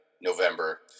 November